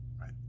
right